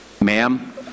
ma'am